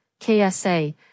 KSA